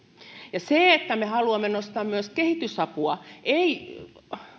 se että me haluamme nostaa myös kehitysapua ei